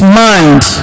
mind